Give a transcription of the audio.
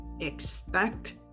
expect